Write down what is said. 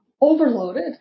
overloaded